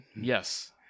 Yes